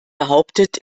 behauptet